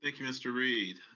thank you, mr. reid.